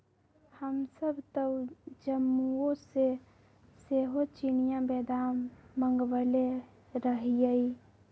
हमसभ तऽ जम्मूओ से सेहो चिनियाँ बेदाम मँगवएले रहीयइ